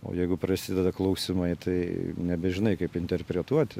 o jeigu prasideda klausimai tai nebežinai kaip interpretuoti